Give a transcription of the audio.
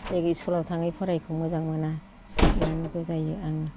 लेगि स्कुलाव थाङै फरायैखौ मोजां मोना होननानै बुजायो आङो